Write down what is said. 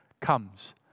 comes